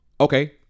okay